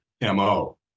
MO